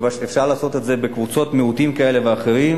ואפשר לעשות את זה בקבוצות מיעוטים כאלה ואחרות,